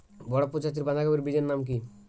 বড় প্রজাতীর বাঁধাকপির বীজের নাম কি?